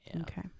Okay